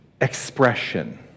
expression